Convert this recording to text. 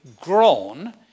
grown